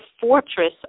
fortress